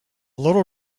little